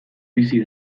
bizi